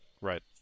right